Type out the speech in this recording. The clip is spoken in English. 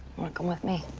come with me?